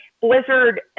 blizzard